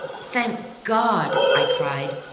thank god, i cried,